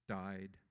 died